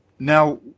Now